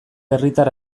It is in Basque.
herritar